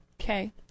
Okay